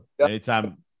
Anytime